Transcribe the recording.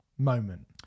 moment